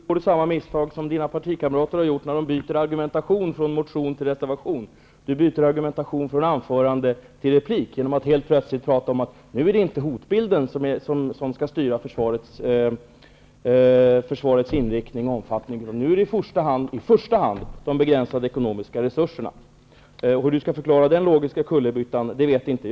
Herr talman! Martin Nilsson gör samma misstag som hans partikamrater gör när de byter argumentation från motion till reservation. Martin Nilsson byter argumentation från från anförande till replik genom att helt plötsligt säga att det nu inte är hotbilden som skall styra försvarets inriktning och omfattning, utan i första hand de begränsade ekonomiska resurserna. Hur Martin Nilsson skall förklara den logiska kullerbyttan vet jag inte.